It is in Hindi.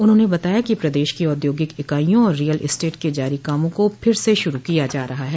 उन्होंने बताया कि प्रदेश की औद्योगिक इकाइयों और रियल स्टेट के जारी कामों को फिर से शुरू किया जा रहा ह